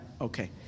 okay